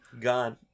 gone